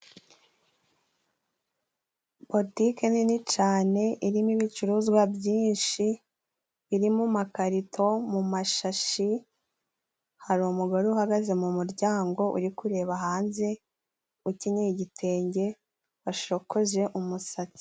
Botike nini cane irimo ibicuruzwa byinshi iri mu makarito mu mashashi, hari umugore uhagaze mu muryango uri kureba hanze, ukenye igitenge washokoje umusatsi.